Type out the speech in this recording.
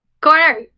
Corner